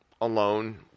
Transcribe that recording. alone